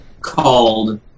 called